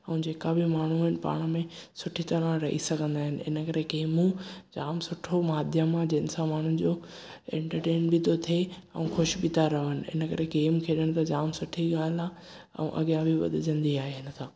ऐं जेका बि माण्हू आहिनि पाण में सुठी तरह रही सघंदा आहिनि हिन करे गेमूं जाम सुठो माध्यम आहे जंहिं सां माण्हू जो एंटरटेन बि तो थे ऐं खुश बि ता रहनि हिन करे गेम खेॾण त जाम सुठी ॻाल्हि आहे ऐं अॻियां बि वदिजंदी आहे हिन सां